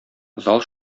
зал